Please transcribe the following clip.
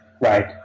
Right